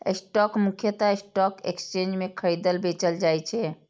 stock मुख्यतः stock exchange मे खरीदल, बेचल जाइ छै